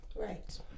Right